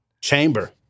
Chamber